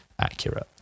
accurate